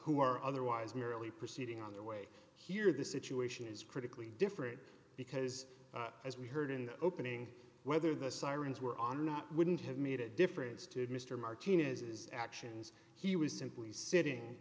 who are otherwise merely proceeding on their way here the situation is critically different because as we heard in the opening whether the sirens were on not wouldn't have made a difference to mr martinez's actions he was simply sitting